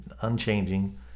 unchanging